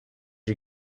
you